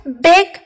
big